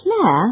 Claire